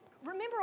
remember